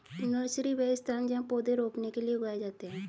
nursery, वह स्थान जहाँ पौधे रोपने के लिए उगाए जाते हैं